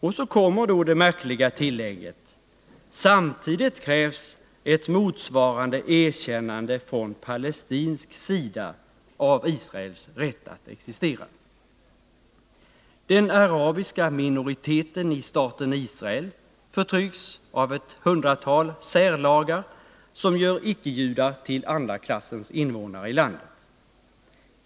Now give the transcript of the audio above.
Och så kommer då det märkliga tillägget: Samtidigt krävs ett motsvarande erkännande från palestinsk sida av Israels rätt att existera. Den arabiska minoriteten i staten Israel förtrycks av ett hundratal särlagar, som gör icke-judar till andra klassens invånare i landet.